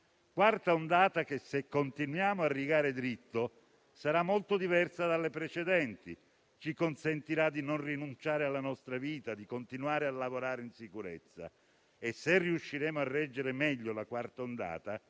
quarta ondata che, se continuiamo a rigare dritto, sarà molto diversa dalle precedenti e potremo non rinunciare alla nostra vita e continuare a lavorare in sicurezza. Se riusciremo a reggere meglio la quarta ondata